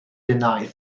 denied